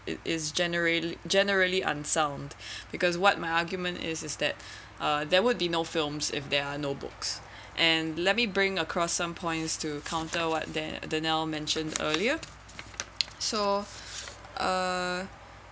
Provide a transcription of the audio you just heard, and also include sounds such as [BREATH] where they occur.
it is generally generally unsound [BREATH] because what my argument is that uh there would be no films if there are no books and let me bring across some points to counter what da~ danielle mentioned earlier so uh